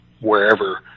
wherever